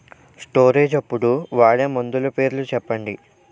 Storage అప్పుడు వాడే మందులు పేర్లు చెప్పండీ?